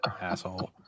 asshole